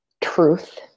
truth